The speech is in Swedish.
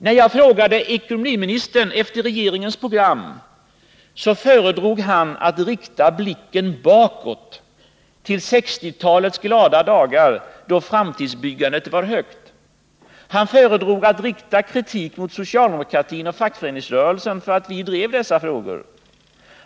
När jag frågade ekonomiministern efter regeringens program föredrog han att rikta blicken bakåt, till 1960-talets glada dagar då framtidsbyggandet var högt. Han föredrog att rikta kritik mot socialdemokratin och fackföreningsrörelsen för att vi drev dessa frågor.